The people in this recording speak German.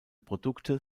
produkte